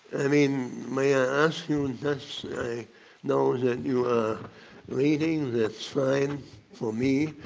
i mean, may i ask you this? i know that you needing the signs from me,